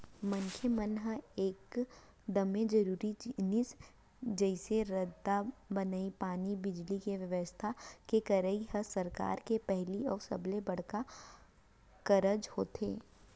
मनसे मन के एकदमे जरूरी जिनिस जइसे रद्दा बनई, पानी, बिजली, के बेवस्था के करई ह सरकार के पहिली अउ सबले बड़का कारज होथे